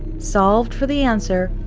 solved for the answer,